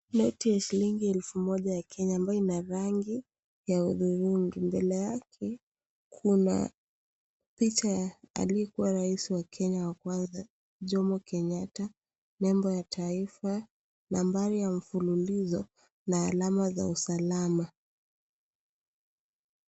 Noti ya shilingi elfu moja ya Kenya ambayo ina rangi ya hudhurungi. Mbele yake, kuna picha ya aliyekua rais wa kwanza Kimo Kenyatta. Nembo ya taifa, nambari ya mfululizo na alama za usalama.